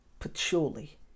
Patchouli